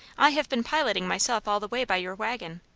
i have been piloting myself all the way by your waggon.